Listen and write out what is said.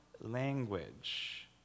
language